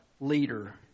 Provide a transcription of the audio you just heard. leader